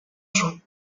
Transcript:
jean